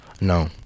No